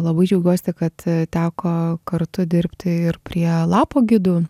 labai džiaugiuosi kad teko kartu dirbti ir prie lapo gidų